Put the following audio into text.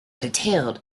detailed